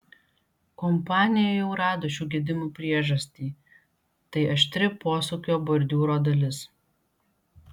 kompanija jau rado šių gedimų priežastį tai aštri posūkio bordiūro dalis